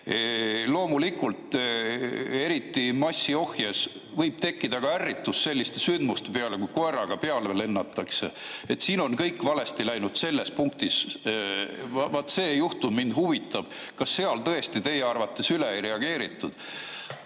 Loomulikult, eriti massi ohjes võib tekkida ärritus selliste sündmuste peale, kui koeraga peale lennatakse. Siin on kõik valesti läinud selles punktis. Vaat see juhtum mind huvitab. Kas seal tõesti teie arvates üle ei reageeritud?